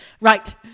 Right